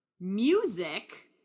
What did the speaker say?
Music